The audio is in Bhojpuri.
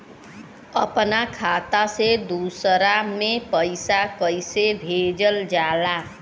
अपना खाता से दूसरा में पैसा कईसे भेजल जाला?